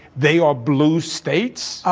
they are blue states.